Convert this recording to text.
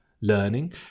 learning